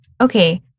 okay